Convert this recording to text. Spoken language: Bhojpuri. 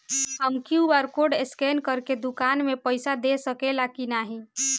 हम क्यू.आर कोड स्कैन करके दुकान में पईसा दे सकेला की नाहीं?